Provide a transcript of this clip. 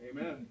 Amen